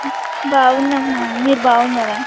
బాగున్నాం మ్యామ్ మీరు బాగున్నారా